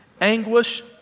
Anguish